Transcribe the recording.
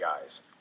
guys